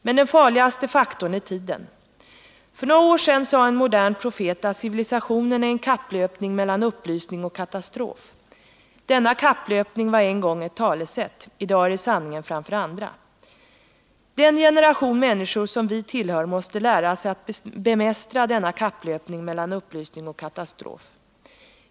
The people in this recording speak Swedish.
Men den farligaste faktorn är tiden. För några år sedan sade en modern profet att civilisationen är en kapplöpning mellan upplysning och katastrof. Denna kapplöpning var en gång ett talesätt. I dag är den sanningen framför andra. Den generation människor som vi tillhör måste lära sig att bemästra denna kapplöpning mellan upplysning och katastrof.